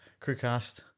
Crewcast